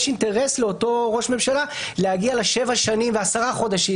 יש אינטרס לאותו ראש ממשלה להגיע ל-7 שנים ו-10 חודשים,